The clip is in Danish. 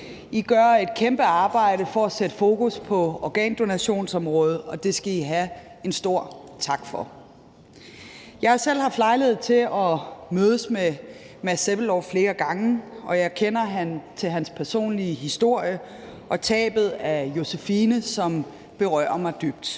I gør et kæmpe arbejde for at sætte fokus på organdonationsområdet, og det skal I have en stor tak for. Jeg har selv haft lejlighed til at mødes med Mads Peter Sebbelov flere gange, og jeg kender til hans personlige historie og tabet af Josephine, som berører mig dybt.